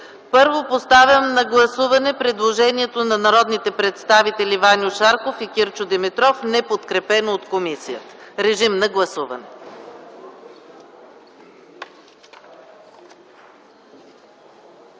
Първо, поставям на гласуване предложението на народните представители Ваньо Шарков и Кирчо Димитров, неподкрепено от комисията. Моля, гласувайте.